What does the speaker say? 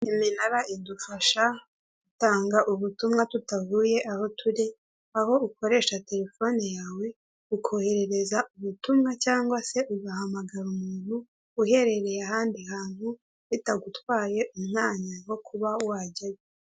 Iminara idufasha gutanga ubutumwa tutavuye aho turi aho ukoresha telefoni yawe ukoherereza ubutumwa cyangwa se ugahamagara umuntu uherereye ahandi hantu bitagutwaye umwanya wo kuba wajyayo.